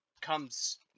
comes